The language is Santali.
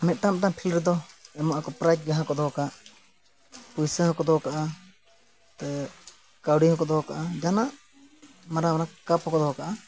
ᱢᱤᱫᱴᱟᱝ ᱢᱤᱫᱴᱟᱝ ᱯᱷᱤᱞᱰ ᱨᱮᱫᱚ ᱮᱢᱚᱜ ᱟᱠᱚ ᱯᱨᱟᱭᱤᱡᱽ ᱡᱟᱦᱟᱸᱠᱚ ᱫᱚᱦᱚ ᱠᱟᱜ ᱯᱚᱭᱥᱟ ᱦᱚᱸᱠᱚ ᱫᱚᱦᱚ ᱠᱟᱜᱼᱟ ᱛᱚ ᱠᱟᱣᱰᱤ ᱦᱚᱸᱠᱚ ᱫᱚᱦᱚ ᱠᱟᱜᱼᱟ ᱡᱟᱦᱟᱱᱟᱜ ᱢᱟᱨᱟᱝ ᱢᱟᱨᱟᱝ ᱠᱟᱯ ᱦᱚᱸᱠᱚ ᱫᱚᱦᱚ ᱠᱟᱜᱼᱟ